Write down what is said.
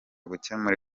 gukemura